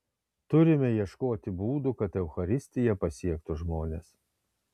turime ieškoti būdų kad eucharistija pasiektų žmones